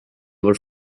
were